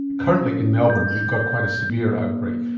currently in melbourne we've got quite a severe outbreak.